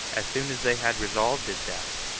as soon as they had resolved his death,